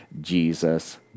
Jesus